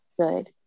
good